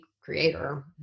creator